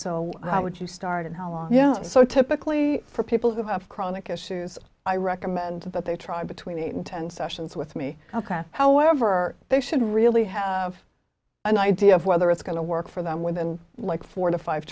so how would you start and how long you know so typically for people who have chronic issues i recommend that they try between eight and ten sessions with me however they should really have an idea of whether it's going to work for them within like four to five